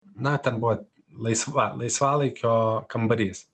na ten buvo laisva laisvalaikio kambarys